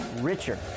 richer